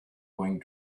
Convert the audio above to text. going